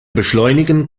beschleunigen